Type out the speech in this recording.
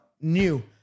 new